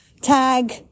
tag